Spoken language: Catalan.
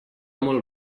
molt